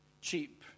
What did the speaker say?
cheap